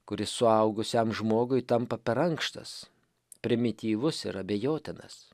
kuris suaugusiam žmogui tampa per ankštas primityvus ir abejotinas